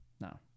no